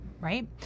Right